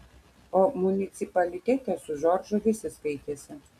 o municipalitete su džordžu visi skaitėsi